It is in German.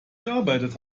gearbeitet